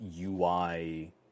UI